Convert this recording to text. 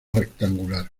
rectangular